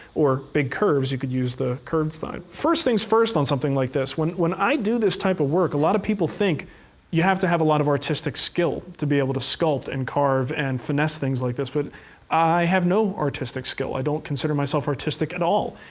or big curves, you could use the curved side. first things first on something like this. when when i do this type of work, a lot of people think you have to have a lot of artistic skill to be able to sculpt and carve and finesse things like this. but i have no artistic skill. i don't consider myself artistic at all.